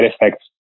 effects